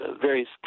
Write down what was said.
various